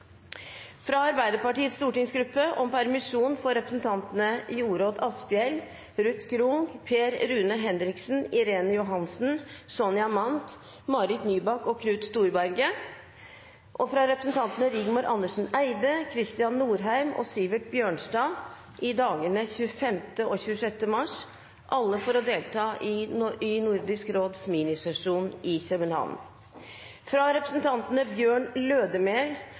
Fra Arbeiderpartiets stortingsgruppe om permisjon for representantene Jorodd Asphjell, Ruth Grung, Per Rune Henriksen, Irene Johansen, Sonja Mandt, Marit Nybakk og Knut Storberget, og fra representantene Rigmor Andersen Eide, Kristian Norheim og Sivert Bjørnstad, i dagene 25. og 26. mars – alle for å delta i Nordisk råds minisesjon i København. Fra representantene Bjørn